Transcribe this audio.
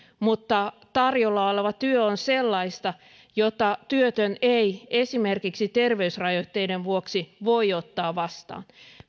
mutta tarjolla oleva työ on sellaista jota työtön ei esimerkiksi terveysrajoitteiden vuoksi voi ottaa vastaan